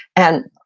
and,